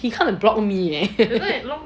he come and block me leh